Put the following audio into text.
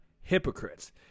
hypocrites